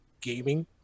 gaming